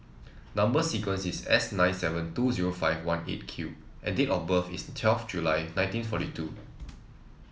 number sequence is S nine seven two zero five one Eight Q and date of birth is twelfth July nineteen forty two